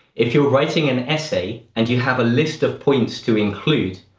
if you're writing an essay and you have a list of points to include,